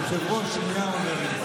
היושב-ראש, שנייה הוא אומר לי.